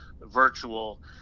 virtual